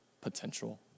potential